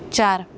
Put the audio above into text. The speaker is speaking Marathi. चार